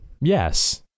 Yes